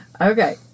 Okay